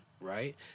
right